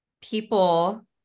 people